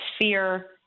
fear